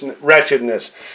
wretchedness